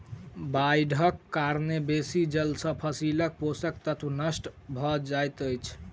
बाइढ़क कारणेँ बेसी जल सॅ फसीलक पोषक तत्व नष्ट भअ जाइत अछि